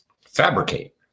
fabricate